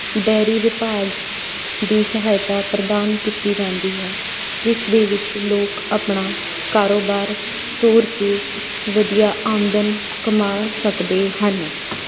dairy ਵਿਭਾਗ ਦੀ ਸਹਾਇਤਾ ਪ੍ਰਦਾਨ ਕੀਤੀ ਜਾਂਦੀ ਹੈ ਜਿਸ ਦੇ ਵਿੱਚ ਲੋਕ ਆਪਣਾ ਕਾਰੋਬਾਰ ਤੋਰ ਕੇ ਵਧੀਆ ਆਮਦਨ ਕਮਾ ਸਕਦੇ ਹਨ